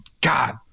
God